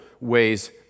ways